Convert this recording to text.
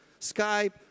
Skype